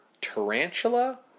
Tarantula